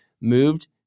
moved